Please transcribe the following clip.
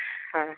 हँ